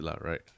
right